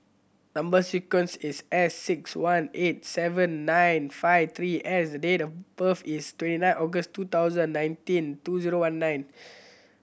number sequence is S six one eight seven nine five three S date of birth is twenty nine August two thousand and nineteen two zero one nine